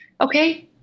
okay